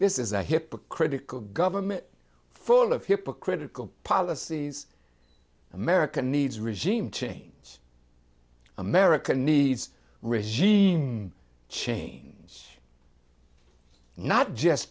this is a hypocritical government full of hypocritical policies america needs regime change america needs regime change not just